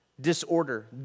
disorder